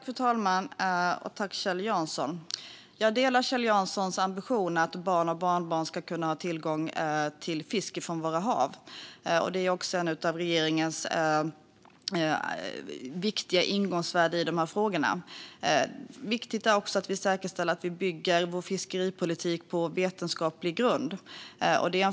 Fru talman! Jag delar Kjell Janssons ambition att barn och barnbarn ska kunna ha tillgång till fisk från våra hav. Det är ett av regeringens viktiga ingångsvärden i dessa frågor. Det är också viktigt att vi bygger vår fiskeripolitik på vetenskaplig grund.